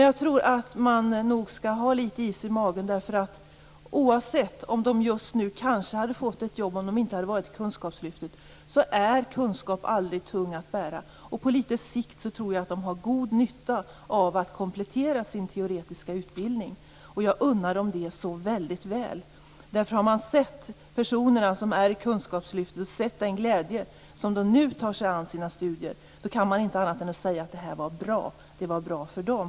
Jag tror ändå att man skall ha litet is i magen, för oavsett om de kanske hade fått ett jobb om de inte utbildat sig inom kunskapslyftet så är kunskap aldrig tung att bära. På litet sikt tror jag också att de kommer att ha god nytta av att komplettera sin teoretiska utbildning, och jag unnar dem det så väl. Har man sett de personer som finns inom kunskapslyftet, sett den glädje med vilken de nu tar sig an sina studier, kan man inte annat än att säga att det här var bra, att det var bra för dem.